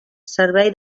servei